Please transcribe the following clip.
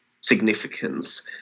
significance